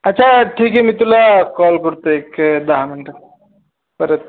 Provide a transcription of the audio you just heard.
अच्छा ठीक आहे मी तुला कॉल करतो एक दहा मिनिटं परत